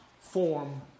form